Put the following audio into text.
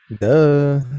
Duh